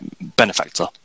benefactor